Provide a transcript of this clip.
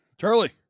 Charlie